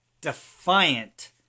defiant